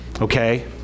Okay